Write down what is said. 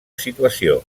situació